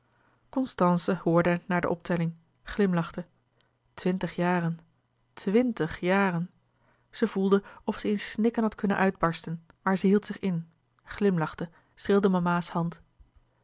hoorde naar de optelling glimlachte twintig jaren twintig jaren zij voelde of zij in snikken had kunnen uitbarsten maar zij hield zich in glimlachte streelde mama's hand